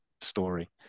story